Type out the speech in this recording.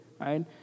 right